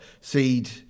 seed